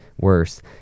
worse